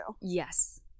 Yes